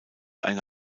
eine